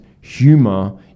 humor